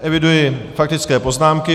Eviduji faktické poznámky.